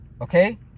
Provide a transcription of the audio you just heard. okay